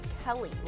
Kelly